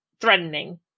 threatening